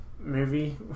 movie